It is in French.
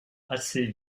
assez